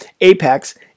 apex